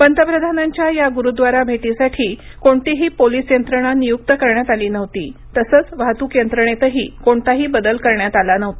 पंतप्रधानांच्या या गुरुद्वारा भेटीसाठी कोणतीही पोलीस यंत्रणा नियुक्त करण्यात आली नव्हती तसंच वाहतूक यंत्रणेतही कोणताही बदल करण्यात आला नव्हता